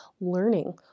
learning